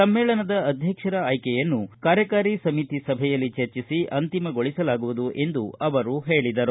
ಸಮ್ಮೇಳನ ಅಧ್ಯಕ್ಷರ ಆಯ್ಕೆಯನ್ನು ಕಾರ್ಯಕಾರಿ ಸಮಿತಿ ಸಭೆಯಲ್ಲಿ ಚರ್ಚಿಸಿ ಅಂತಿಮಗೊಳಿಸಲಾಗುವುದು ಎಂದು ಹೇಳಿದರು